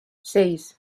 seis